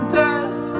death